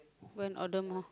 go and order more